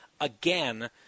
again